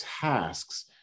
tasks